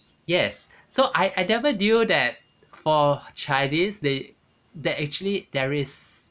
yes so I I never knew that for chinese they that actually there is